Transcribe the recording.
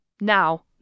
Now